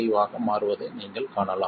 95 ஆக மாறுவதை நீங்கள் காணலாம்